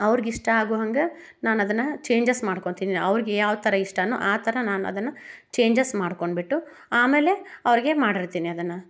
ಅವ್ರಿಗಿಷ್ಟ ಆಗೋ ಹಂಗೆ ನಾನು ಅದನ್ನು ಚೇಂಜಸ್ ಮಾಡ್ಕೊತೀನಿ ಅವ್ರಿಗೆ ಯಾವ ಥರ ಇಷ್ಟವೋ ಆ ಥರ ನಾನು ಅದನ್ನು ಚೇಂಜಸ್ ಮಾಡಿಕೊಂಡ್ಬಿಟ್ಟು ಆಮೇಲೆ ಅವ್ರಿಗೆ ಮಾಡಿರ್ತೀನಿ ಅದನ್ನು